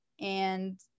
and-